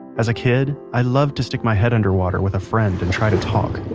as a kid, i loved to stick my head underwater with a friend and try to talk,